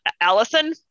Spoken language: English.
Allison